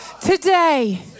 today